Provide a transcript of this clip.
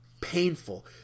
painful